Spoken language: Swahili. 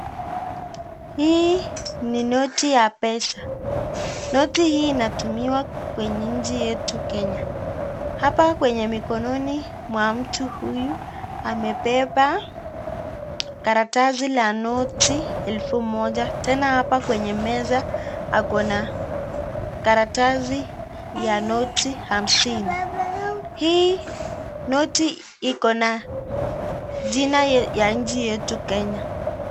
Hii ni noti ya pesa, noti hii inatumiwa kwa nchi yetu Kenya, hapa kwenye mikononi mwa mtu huyu, amebeba karatasi la noti elfu moja tena hapa kwenye meza ako na karatasi ya noti hamsini, hii noti iko na jina ya nchi yetu Kenya.